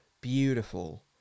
beautiful